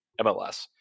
MLS